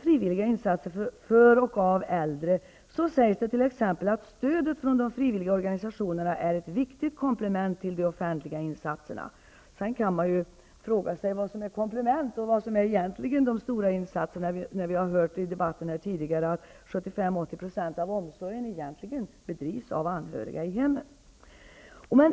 Frivilliga insatser för och av äldre, som jag noga har studerat, sägs det t.ex. att ''stödet från de frivilliga organisationerna är ett viktigt komplement till de offentliga insatserna''. Sedan kan man fråga sig vad som är komplement och vad som är de stora insatserna, när vi i debatten tidigare här har hört att 75--80 % av omsorgen egentligen bedrivs av anhöriga i hemmen.